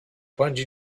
bungee